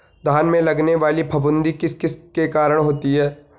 धान में लगने वाली फफूंदी किस किस के कारण होती है?